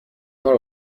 مارو